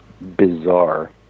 bizarre